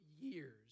years